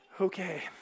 Okay